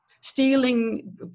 stealing